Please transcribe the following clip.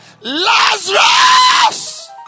Lazarus